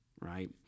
Right